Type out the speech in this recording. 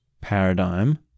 paradigm